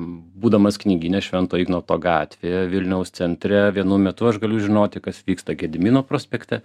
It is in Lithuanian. būdamas knygyne švento ignoto gatvėje vilniaus centre vienu metu aš galiu žinoti kas vyksta gedimino prospekte